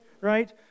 right